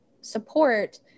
support